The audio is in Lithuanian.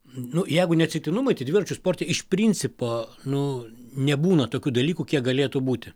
nu jeigu ne atsitiktinumai tai dviračių sporte iš principo nu nebūna tokių dalykų kiek galėtų būti